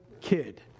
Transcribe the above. kid